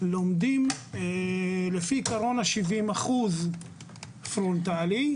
לומדים לפי עיקרון ה-70% פרונטלית,